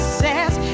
says